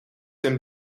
een